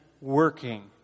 working